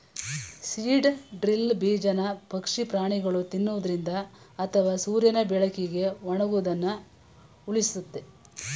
seed drill ಬೀಜನ ಪಕ್ಷಿ ಪ್ರಾಣಿಗಳು ತಿನ್ನೊದ್ರಿಂದ ಅಥವಾ ಸೂರ್ಯನ ಬೆಳಕಿಗೆ ಒಣಗೋದನ್ನ ಉಳಿಸ್ತದೆ